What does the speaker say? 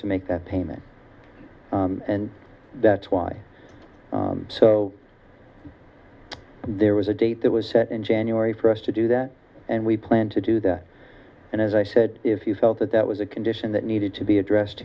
to make that payment and that's why so there was a date that was set in january for us to do that and we planned to do that and as i said if you felt that that was a condition that needed to be addressed